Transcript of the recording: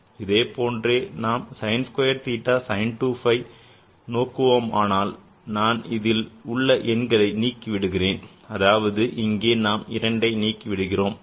அதேபோன்று நாம் sin squared theta sin 2 phi நோக்குவோமானால் நான் இதில் உள்ள எண்களை நீக்கிவிடுகிறேன் அதாவது இங்கே நாம் இரண்டை நிக்கிவிடுகிறேன்